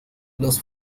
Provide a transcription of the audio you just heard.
los